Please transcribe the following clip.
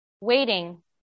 Waiting